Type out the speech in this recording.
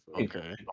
Okay